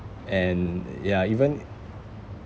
and ya even